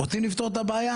רוצים לפתור את הבעיה?